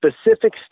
specific